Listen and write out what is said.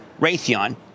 Raytheon